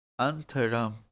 Antaram